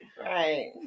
right